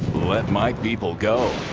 let my people go.